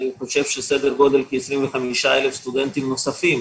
אני חושב שסדר גודל של כ-125,000 סטודנטים נוספים,